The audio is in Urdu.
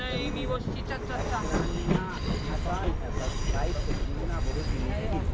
ضروری ہے بائک چلانا آسان ہے پر بائک کو سمجھنا بہت ہی مشکل ہے